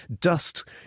Dust